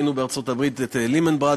זה כמו שראינו בארצות-הברית את "ליהמן ברדרס",